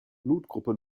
blutgruppe